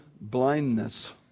blindness